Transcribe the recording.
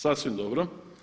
Sasvim dobro.